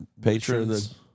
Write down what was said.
patrons